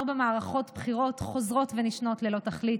ארבע מערכות בחירות חוזרות ונשנות ללא תכלית,